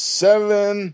seven